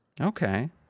Okay